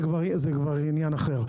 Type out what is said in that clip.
זה כבר עניין אחר.